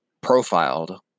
profiled